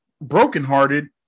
brokenhearted